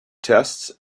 tests